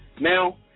Now